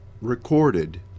recorded